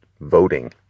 voting